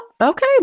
okay